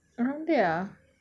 around there ah